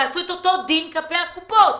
תעשו את אותו דין כלפי הקופות.